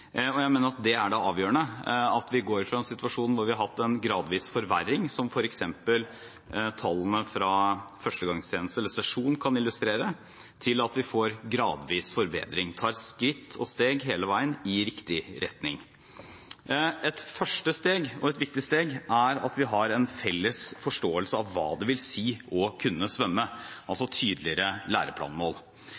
retning. Jeg mener det er avgjørende at vi går fra en situasjon der vi har hatt en gradvis forverring, som f.eks. tallene fra førstegangstjeneste eller sesjon kan illustrere, til at vi får en gradvis forbedring, tar skritt og steg hele veien i riktig retning. Et første og viktig steg er at vi har en felles forståelse av hva det vil si å kunne svømme, altså tydeligere læreplanmål.